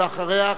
ואחריה,